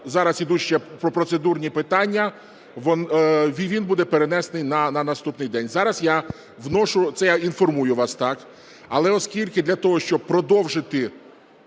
зараз ідуть ще процедурні питання, він буде перенесений на наступний день. Зараз я вношу… це я інформую вас, так. Але, оскільки для того, щоб продовжити